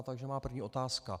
Takže má první otázka.